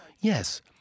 yes